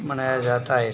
मनाया जाता है ऐसे